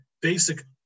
basic